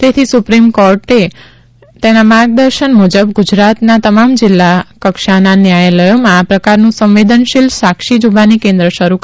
તેથી સુપ્રીમ કોર્ટેના માર્ગદર્શન મુજબ ગુજરાતના તમામ જિલ્લાકક્ષાના ન્યાયલયોમાં આ પ્રકારનું સંવેદશીલ સાક્ષી જુબાની કેન્દ્ર શરૂ કરવામાં આવશે